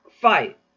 Fight